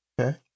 Okay